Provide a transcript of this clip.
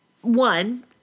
One